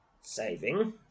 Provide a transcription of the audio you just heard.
Saving